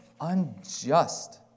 unjust